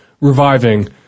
reviving